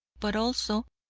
but also,